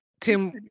Tim